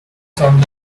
sound